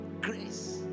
Grace